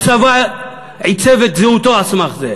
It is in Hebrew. הצבא עיצב את זהותו על סמך זה.